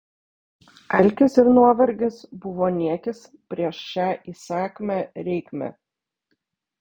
alkis ir nuovargis buvo niekis prieš šią įsakmią reikmę